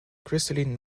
crystalline